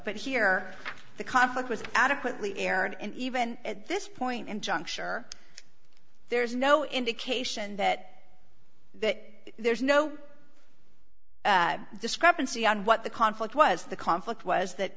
but here the conflict was adequately aired and even at this point and juncture there's no indication that that there's no that discrepancy on what the conflict was the conflict was that